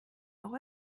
auch